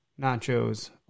nachos